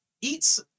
eats